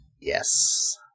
Yes